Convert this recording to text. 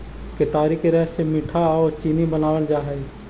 केतारी के रस से मीठा आउ चीनी बनाबल जा हई